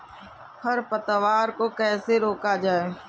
खरपतवार को कैसे रोका जाए?